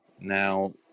Now